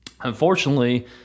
Unfortunately